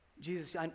Jesus